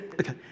Okay